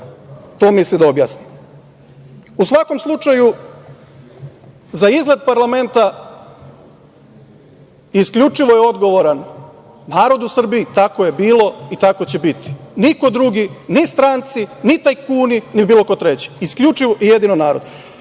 to misli da objasni.U svakom slučaju, za izlet parlamenta isključivo je odgovoran narod u Srbiji. Tako je bilo i tako će biti. Niko drugi, ni stranci, ni tajkuni, ni bilo ko treći. Isključivo i jedino narod. Ono